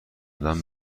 دادن